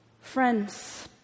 Friends